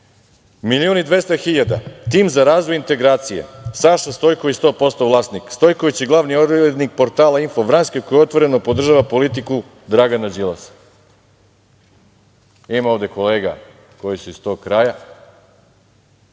hiljada, Tim za razvoj integracija, Saša Stojković 100% vlasnik. Stojković je glavni i odgovorni urednik portala „Info vranjski“ koji otvoreno podržava politiku Dragana Đilasa. Ima ovde kolega koji su iz tog kraja.